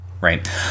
right